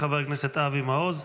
חבר הכנסת אבי מעוז.